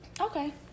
Okay